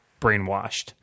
brainwashed